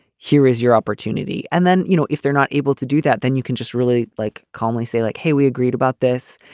here is your opportunity. and then, you know, if they're not able to do that, then you can just really like calmly say, like, hey, we agreed about this.